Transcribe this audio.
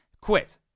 quit